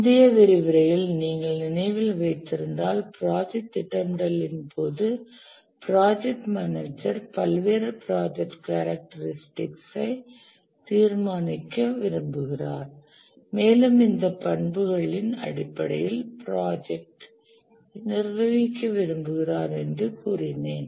முந்தைய விரிவுரையில் நீங்கள் நினைவில் வைத்திருந்தால் ப்ராஜெக்ட் திட்டமிடலின் போது ப்ராஜெக்ட் மேனேஜர் பல்வேறு ப்ராஜெக்ட் கேரக்டரிஸ்டிகஸ் ஐ தீர்மானிக்க விரும்புகிறார் மேலும் இந்த பண்புகளின் அடிப்படையில் ப்ராஜெக்ட் ஐ நிர்வகிக்க விரும்புகிறார் என்று கூறினேன்